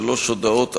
שלוש הודעות,